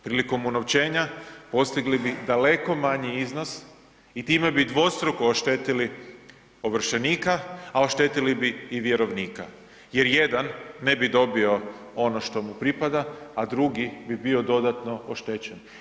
Prilikom unovčenja postigli bi daleko manji iznos i time bi dvostruko oštetili ovršenika, a oštetili bi i vjerovnika jer jedan ne bi dobio ono što mu pripada, a drugi bi bio dodatno oštećen.